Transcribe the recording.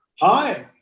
Hi